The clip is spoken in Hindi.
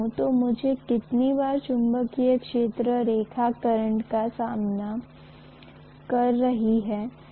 क्योंकि एम्पीयर लॉ अनिवार्य रूप से चुंबकीय क्षेत्र की तीव्रता बताता है बंद पथ के साथ चुंबकीय क्षेत्र की तीव्रता का अभिन्न कुल उस समोच्च के बराबर होगा